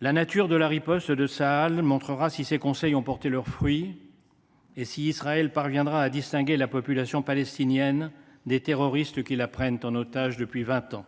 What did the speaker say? La nature de la riposte de Tsahal montrera si ces conseils ont porté leurs fruits, si Israël parviendra à distinguer la population palestinienne des terroristes qui la prennent en otage depuis vingt ans,